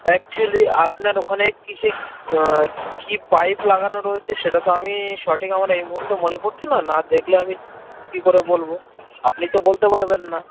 actually আপনার ওখানে কি সেই কী পাইপ লাগানো রয়েছে সেটা তো আমি সঠিক আমার এই মুহূর্তে মনে পড়ছে না না দেখলে আমি কী করে বলবো আপনি তো বলতে পারবেন না